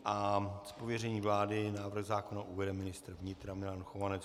Z pověření vlády návrh zákona uvede ministr vnitra Milan Chovanec.